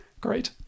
great